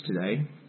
today